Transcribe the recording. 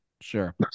Sure